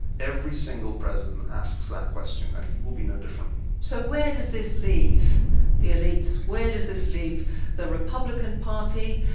every single president asks that question, and he will be no different. so where does this leave the elites? where does this leave the republican party,